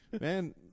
Man